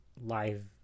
live